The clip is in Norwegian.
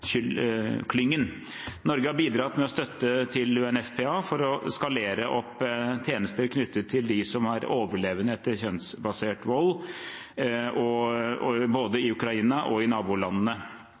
Norge, har bidratt med støtte til UNFPA for å skalere opp tjenester knyttet til dem som er overlevende etter kjønnsbasert vold, både i Ukraina og